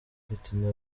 fitina